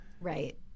Right